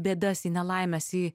bėdas į nelaimes į